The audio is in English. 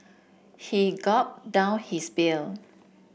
he gulped down his beer